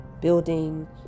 Building